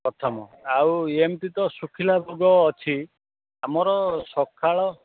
ପ୍ରଥମ ଆଉ ଏମିତି ତ ଶୁଖିଲା ଭୋଗ ଅଛି ଆମର ସକାଳ